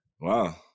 Wow